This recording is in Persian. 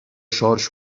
شارژ